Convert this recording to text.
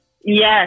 Yes